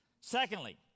Secondly